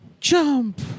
Jump